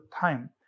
time